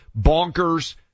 bonkers